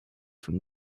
from